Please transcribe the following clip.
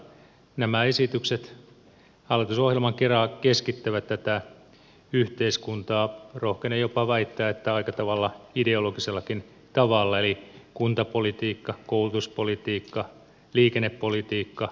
nämä esitykset hallitusohjelman kera keskittävät tätä yhteiskuntaa rohkenen jopa väittää että aika tavalla ideologisellakin tavalla eli kuntapolitiikka koulutuspolitiikka liikennepolitiikka